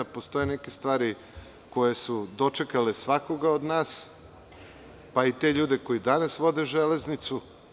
Postoje neke stvari koje su dočekale svakoga od nas, pa i te ljude koji danas vode železnicu.